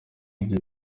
igihe